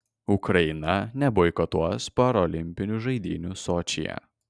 ukraina neboikotuos parolimpinių žaidynių sočyje